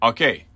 Okay